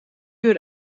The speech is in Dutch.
uur